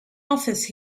office